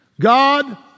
God